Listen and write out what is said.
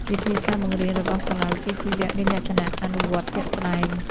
វិធីសាស្ត្របង្រៀនរបស់សាលាវិជ្ជាជីវៈមានលក្ខណៈ អនុវត្តជាក់ស្តែង។